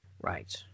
Right